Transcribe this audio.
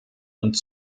und